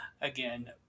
Again